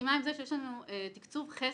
מסכימה עם זה שיש לנו תקצוב חסר.